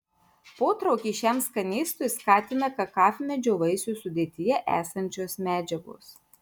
potraukį šiam skanėstui skatina kakavmedžio vaisių sudėtyje esančios medžiagos